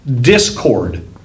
discord